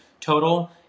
total